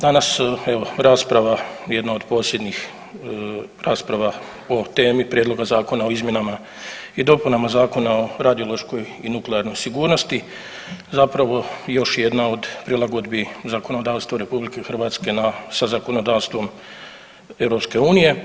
Danas evo rasprava jedna od posljednjih rasprava o temi Prijedloga Zakona o izmjenama i dopunama Zakona o radiološkoj i nuklearnoj sigurnosti, zapravo još jedna od prilagodbi zakonodavstva RH na, sa zakonodavstvom EU.